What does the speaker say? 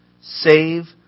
save